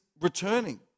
returning